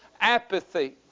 apathy